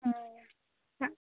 অঁ নাই